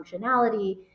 functionality